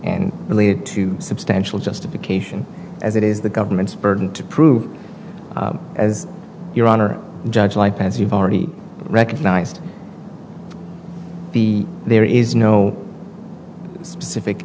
and related to substantial justification as it is the government's burden to prove as your honor judge life as you've already recognized be there is no specific